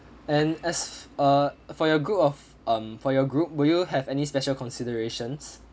and as err for your group of um for your group would you have any special considerations